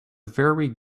very